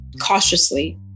cautiously